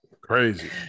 Crazy